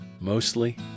Mostly